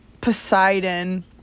Poseidon